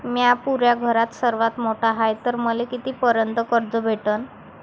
म्या पुऱ्या घरात सर्वांत मोठा हाय तर मले किती पर्यंत कर्ज भेटन?